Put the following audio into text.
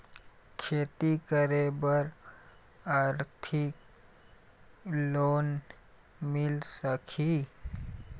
खेती करे बर आरथिक लोन मिल सकही?